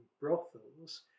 brothels